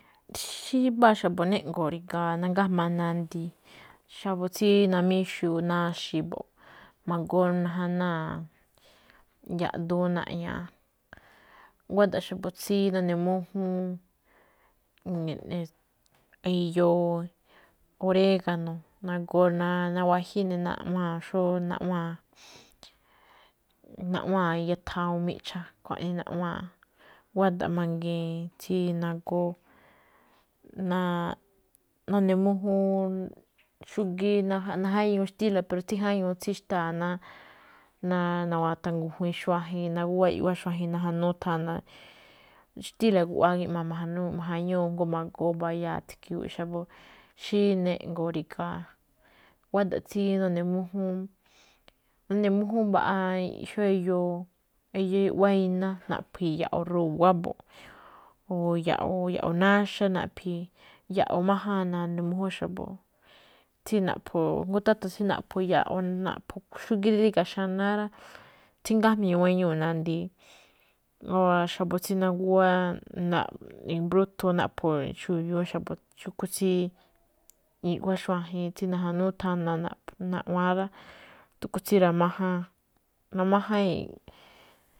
Xí mbáa xa̱bo̱ neꞌngo̱o̱ ri̱ga̱a̱, ningájmaa nandi, xa̱bo̱ tsí namíxuu naxi mbo̱ꞌ magoo najanáa̱, yaꞌduun naꞌña̱a̱. Guáda̱ꞌ xa̱bo̱ tsí nune̱ mújúún eyoo oréga̱no̱, nagoo nawaꞌjíín ne̱, naꞌwa̱a̱n xó, xó naꞌwa̱a̱n, naꞌwa̱a̱n, iya thawuun miꞌcha̱, xkuaꞌnii naꞌwaan. Guáda̱ꞌ mangiin tsí nagóó nune̱ mújúún xúgíí najáñuu xtíla̱, pero tsíjáñuu tsí xtáa ná, nata̱wa̱ngujui̱i̱n xuajen, naguwá iꞌwá xuajen najanúú thana. Xtíla̱ guꞌwáá gíꞌmaa mújúún, aa ma̱ja̱ñúu jngó ma̱goo mbayáa̱ ski̱yu̱u̱ꞌ x̱abo̱ xí neꞌngo̱o̱ ríga̱a̱. Guáda̱ꞌ tsí nune̱nune̱ mújúún, nune̱nune̱ mújúún mbaꞌa xó eyoo iꞌwá iná naꞌphi̱i̱ ya̱ꞌo̱ ru̱wá mbo̱ꞌ, o yaꞌo̱, ya̱ꞌo̱ náxá naꞌphi̱i̱, ya̱ꞌo̱ májáan nune̱ mújúún xa̱bo̱, tsí naꞌpho̱, jngó táta̱ tsí naꞌpho̱ ya̱ꞌo̱ xúgíí rí ríga̱ xanáá rá, tsíngajmii̱ guéño nandi. Óra̱ xa̱bo̱ tsí naguwá i̱mbrúthun naꞌpho̱ xuyuu xu̱kú tsí iꞌwá xuajen tsí najanúú thana naꞌpho̱, naꞌwa̱a̱n rá, tsí ra̱májáan.